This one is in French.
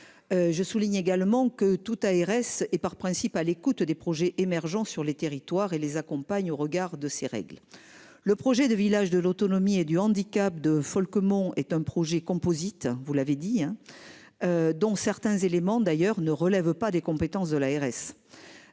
Je souligne également que toute ARS et par principe, à l'écoute des projets émergents sur les territoires et les accompagne au regard de ces règles. Le projet de village, de l'autonomie et du handicap de folle mon est un projet composite. Vous l'avez dit, hein. Dont certains éléments d'ailleurs ne relève pas des compétences de l'ARS.